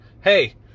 hey